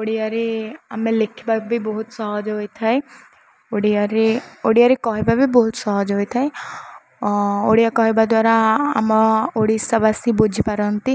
ଓଡ଼ିଆରେ ଆମେ ଲେଖିବା ବି ବହୁତ ସହଜ ହୋଇଥାଏ ଓଡ଼ିଆରେ ଓଡ଼ିଆରେ କହିବା ବି ବହୁତ ସହଜ ହୋଇଥାଏ ଓଡ଼ିଆ କହିବା ଦ୍ୱାରା ଆମ ଓଡ଼ିଶାବାସୀ ବୁଝିପାରନ୍ତି